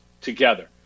together